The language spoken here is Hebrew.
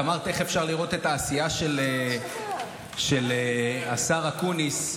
את אמרת: איך אפשר לראות את העשייה של השר אקוניס.